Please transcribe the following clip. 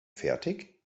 fertig